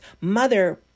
Mother